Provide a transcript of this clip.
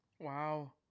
Wow